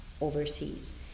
overseas